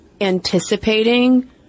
anticipating